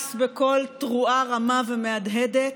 קרס בקול תרועה רמה ומהדהדת.